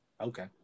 Okay